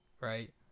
right